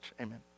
amen